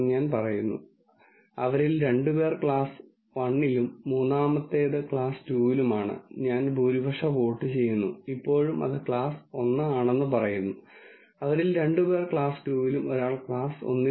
അതിനാൽ നമ്മൾ ശരിക്കും പരിഹരിക്കുന്നത് രണ്ട് തരം പ്രോബ്ളങ്ങൾ മാത്രമാണെങ്കിൽ അത്തരം പ്രോബ്ളങ്ങൾ പരിഹരിക്കുന്നതിന് ഇത്രയധികം ടെക്നിക്കുകൾ ഉള്ളത് എന്തുകൊണ്ടാണെന്ന് ഒരാൾ ചോദിച്ചേക്കാം ആരെങ്കിലും ഡാറ്റാ സയൻസ് ചെയ്യുമ്പോൾ വരുന്ന ഒരു സാധാരണ ചോദ്യം ഒരു പ്രത്യേക ടെക്നിക്ക് മറ്റൊരു ടെക്നിക്കിനെക്കാളും മികച്ചതാണോ എന്നതാണ്